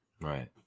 Right